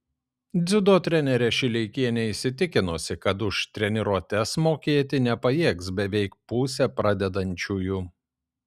dziudo trenerė šileikienė įsitikinusi kad už treniruotes mokėti nepajėgs beveik pusė pradedančiųjų